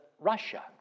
Russia